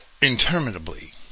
interminably